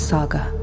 Saga